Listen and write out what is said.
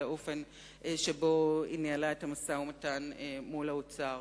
האופן שבו היא ניהלה את המשא-ומתן מול האוצר